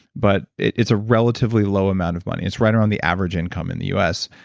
but it's a relatively low amount of money. it's right around the average income in the us.